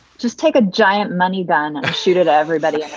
just take a giant money ban, ah shoot it, everybody,